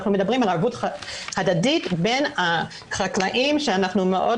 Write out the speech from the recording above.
אנחנו מדברים על ערבות הדדית בין החקלאים שאנחנו מאוד